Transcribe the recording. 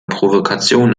provokation